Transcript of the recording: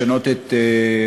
לשנות את חוק-היסוד.